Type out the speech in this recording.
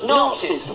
Nazis